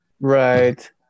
Right